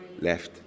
left